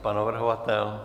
Pan navrhovatel?